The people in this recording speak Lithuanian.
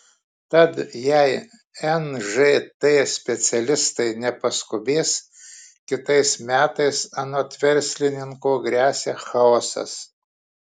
tad jei nžt specialistai nepaskubės kitais metais anot verslininko gresia chaosas